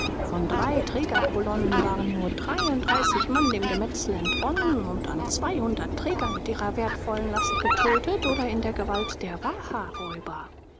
von drei trägerkolonnen waren nur dreiunddreißig mann dem gemetzel entronnen und an zweihundert träger mit ihrer wertvollen last getötet oder in der gewalt der